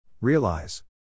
Realize